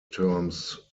terms